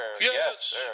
Yes